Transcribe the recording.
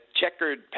checkered